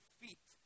feet